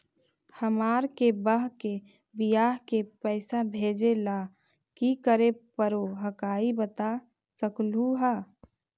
हमार के बह्र के बियाह के पैसा भेजे ला की करे परो हकाई बता सकलुहा?